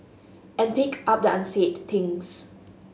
and pick up the unsaid things